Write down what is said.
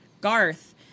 Garth